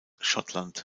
schottland